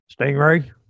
stingray